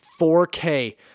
4K